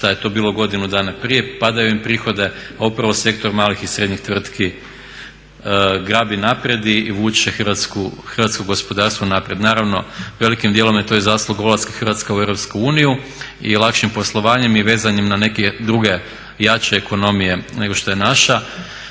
šta je to bilo godinu dana prije, padaju im prihodi, a upravo sektor malih i srednjih tvrtki grabi naprijed i vuče hrvatsko gospodarstvo naprijed. Naravno velikim dijelom je to i zasluga ulaska Hrvatske u Europsku uniju i lakšim poslovanjem i vezanjem na neke druge jače ekonomije nego što je naša